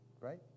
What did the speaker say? right